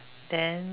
then uh